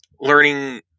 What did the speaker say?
learning